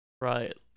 Right